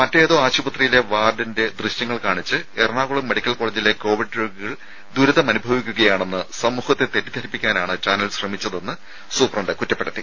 മറ്റേതോ ആശുപത്രിയിലെ വാർഡിന്റെ ദൃശ്യങ്ങൾ കാണിച്ച് എറണാകുളം മെഡിക്കൽ കോളേജിലെ കോവിഡ് രോഗികൾ ദുരിതമനുഭവിക്കുകയാണെന്ന് സമൂഹത്തെ തെറ്റിദ്ധരിപ്പിക്കാനാണ് ചാനൽ ശ്രമിച്ചതെന്ന് സൂപ്രണ്ട് കുറ്റപ്പെടുത്തി